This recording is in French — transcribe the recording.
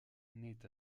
naît